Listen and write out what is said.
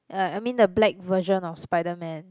ya I mean the black version of Spiderman